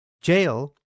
Jail